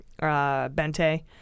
Bente